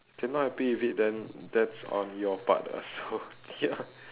they not happy with it then that's on your part lah so ya